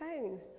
phone